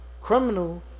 Criminal